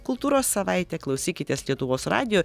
kultūros savaitė klausykitės lietuvos radijo